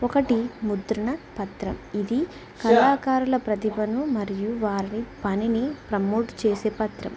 ఒకటి ముద్రణ పత్రం ఇది కళాకారుల ప్రతిభను మరియు వారిని పనిని ప్రమోట్ చేసే పత్రం